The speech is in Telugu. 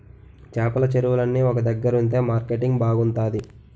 చేపల చెరువులన్నీ ఒక దగ్గరుంతె మార్కెటింగ్ బాగుంతాది